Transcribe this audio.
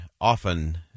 often